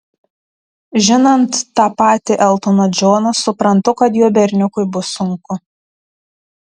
žinant tą patį eltoną džoną suprantu kad jo berniukui bus sunku